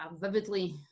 vividly